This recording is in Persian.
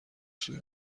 سوی